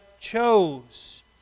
chose